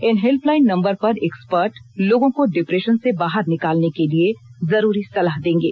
इन helpline number पर expert लोगों को डिप्रेशन से बाहर निकलने के लिए जरूरी सलाह देंगे